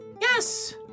Yes